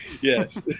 yes